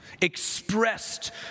expressed